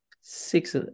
six